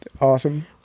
Awesome